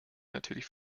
natürlich